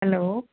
hello